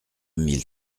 mille